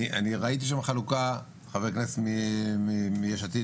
אני ראיתי שם חלוקה לחברי כנסת מיש עתיד,